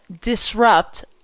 disrupt